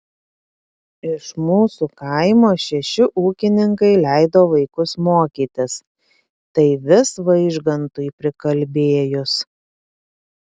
iš mūsų kaimo šeši ūkininkai leido vaikus mokytis tai vis vaižgantui prikalbėjus